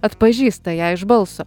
atpažįsta ją iš balso